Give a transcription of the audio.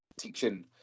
teaching